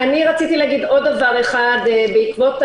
לחמ"ל הזה,